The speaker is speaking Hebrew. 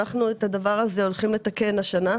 אנחנו את הדבר הזה הולכים לתקן השנה.